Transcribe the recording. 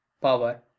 power